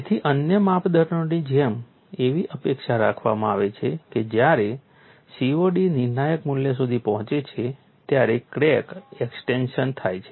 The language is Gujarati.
તેથી અન્ય માપદંડોની જેમ એવી અપેક્ષા રાખવામાં આવે છે કે જ્યારે COD નિર્ણાયક મૂલ્ય સુધી પહોંચે છે ત્યારે ક્રેક એક્સ્ટેંશન થાય છે